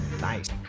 Nice